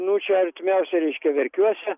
nu čia artimiausi reiškia verkiuose